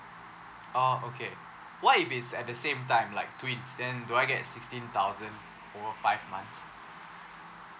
oh okay what if it's at the same time like twins then do I get sixteen thousand over five months